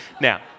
Now